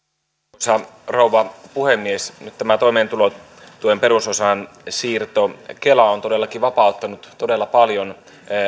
arvoisa rouva puhemies nyt tämä toimeentulotuen perusosan siirto kelaan on todellakin vapauttanut todella paljon